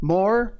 More